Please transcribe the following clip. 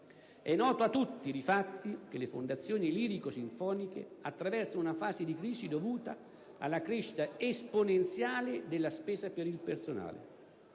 È noto a tutti, difatti, che le Fondazioni lirico-sinfoniche attraversano una fase di crisi dovuta alla crescita esponenziale della spesa per il personale.